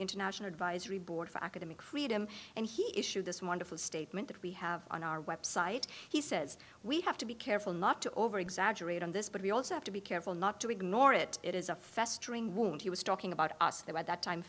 international advisory board for academic freedom and he issued this wonderful statement that we have on our website he says we have to be careful not to overexaggerate on this but we also have to be careful not to ignore it it is a festering wound he was talking about us there at that time